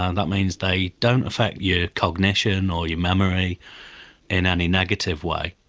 um that means they don't affect your cognition or your memory in any negative way.